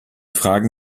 fragen